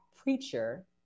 preacher